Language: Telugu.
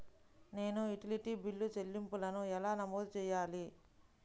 నేను యుటిలిటీ బిల్లు చెల్లింపులను ఎలా నమోదు చేయాలి?